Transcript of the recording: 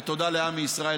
ותודה לעמי ישראל,